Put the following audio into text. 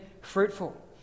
fruitful